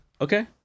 Okay